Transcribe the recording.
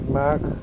maak